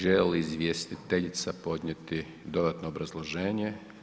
Želi li izvjestiteljica podnijeti dodatno obrazloženje.